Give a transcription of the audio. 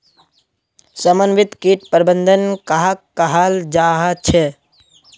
समन्वित किट प्रबंधन कहाक कहाल जाहा झे?